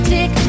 Tick